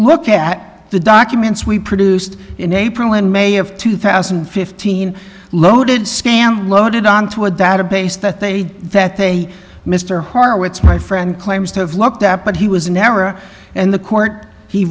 look at the documents we produced in april in may of two thousand and fifteen loaded scam loaded onto a database that they that they mr horowitz my friend claims to have looked at but he was never in the court he